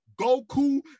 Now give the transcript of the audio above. Goku